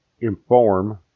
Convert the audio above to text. inform